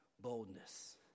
boldness